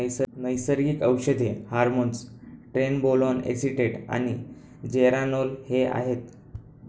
नैसर्गिक औषधे hormones trenbolone acetate आणि जेरानोल हे आहेत